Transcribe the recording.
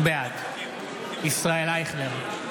בעד ישראל אייכלר,